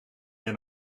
meer